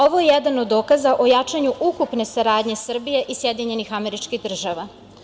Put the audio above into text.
Ovo je jedan od dokaza o jačanju ukupne saradnje Srbije i SAD.